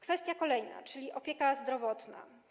Kwestia kolejna, czyli opieka zdrowotna.